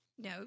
No